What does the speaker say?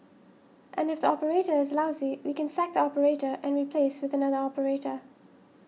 and if the operator is lousy we can sack the operator and replace with another operator